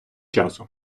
часу